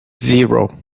zero